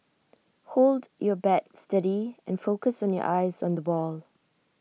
hold your bat steady and focus your eyes on the ball